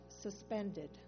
suspended